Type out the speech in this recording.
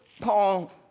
Paul